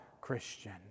Christian